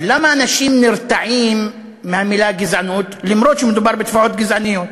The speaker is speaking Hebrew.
למה אנשים נרתעים מהמילה גזענות למרות שמדובר בפעולות גזעניות?